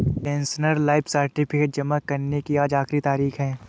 pensioner life certificate जमा करने की आज आखिरी तारीख है